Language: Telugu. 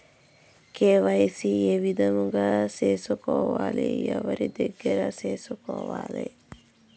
కె.వై.సి ఏ విధంగా సేసుకోవాలి? ఎవరి దగ్గర సేసుకోవాలి?